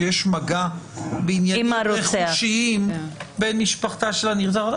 שיש מגע בעניינים רכושיים בין משפחתה של הנרצחת לבין הרוצח?